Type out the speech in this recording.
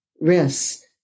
risks